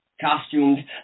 Costumed